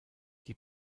die